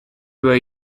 were